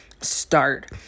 start